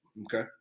Okay